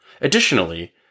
Additionally